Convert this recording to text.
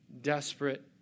desperate